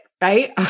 right